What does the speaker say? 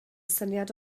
syniad